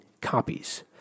copies